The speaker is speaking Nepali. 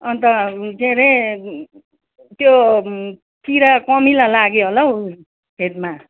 अन्त के अरे त्यो किरा कमिला लाग्यो होला हौ फेदमा